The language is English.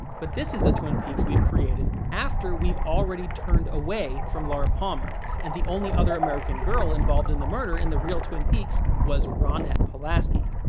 but this is a twin peaks we've created after we've already turned away from laura palmer, and the only other american girl involved in the murder in the real twin peaks was ronette pulaski.